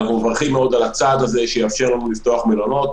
אנחנו מברכים מאוד על הצעד הזה שיאפשר לנו לפתוח מלונות,